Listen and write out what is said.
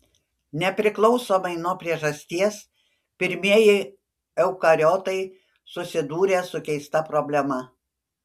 nepriklausomai nuo priežasties pirmieji eukariotai susidūrė su keista problema